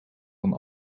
van